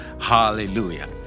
Hallelujah